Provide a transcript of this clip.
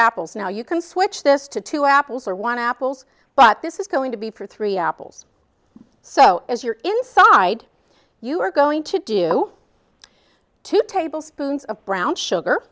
apples now you can switch this to two apples or one apples but this is going to be for three hours so as you're inside you're going to do two tablespoons of brown sugar